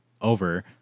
over